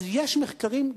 אז יש מחקרים,